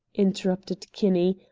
interrupted kinney,